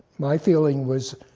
my feeling was,